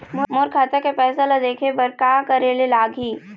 मोर खाता के पैसा ला देखे बर का करे ले लागही?